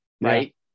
Right